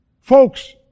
Folks